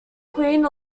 queen